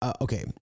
okay